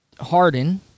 Harden